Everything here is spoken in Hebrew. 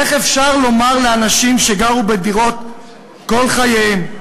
איך אפשר לומר לאנשים שגרו בדירות כל חייהם,